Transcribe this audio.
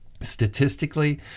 statistically